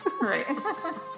Right